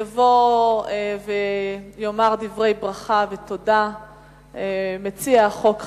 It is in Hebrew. יבוא ויאמר דברי ברכה ותודה מציע החוק,